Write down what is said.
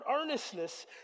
earnestness